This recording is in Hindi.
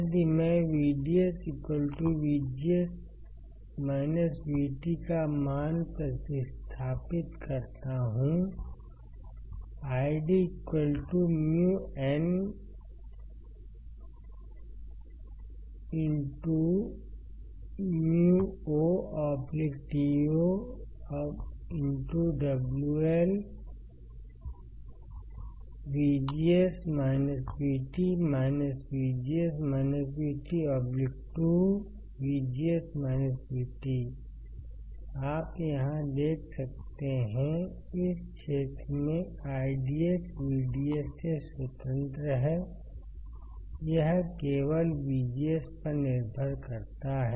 यदि मैं VDS VGS VT का मान प्रतिस्थापित करता हूं IDµnεotoWLVGS VT VGS VT 2 आप यहाँ देख सकते हैं इस क्षेत्र में IDS VDS से स्वतंत्र है यह केवल VGS पर निर्भर करता है